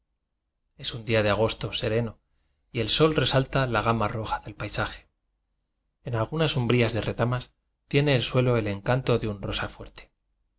es un día del agosto sereno y el sol re salta la gama roja del paisaje en algunas umbrías de retamas tiene el suelo el encan to de un rosa fuerte